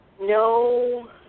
No